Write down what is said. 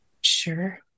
sure